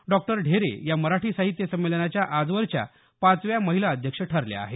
doctor Dhere या मराठी साहित्य संमेलनाच्या आजवरच्या पाचव्या महिला अध्यक्ष ठरल्या आहेत